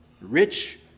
rich